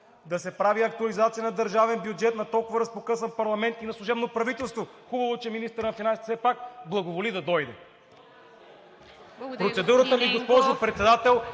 да се прави актуализация на държавен бюджет на толкова разпокъсан парламент и на служебно правителство. Хубаво е, че министърът на финансите все пак благоволи да дойде.